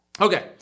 Okay